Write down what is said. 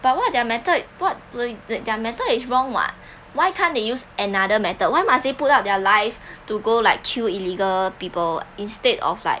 but what their method what their method is wrong [what] why can't they use another method why must they put up their life to go like kill illegal people instead of like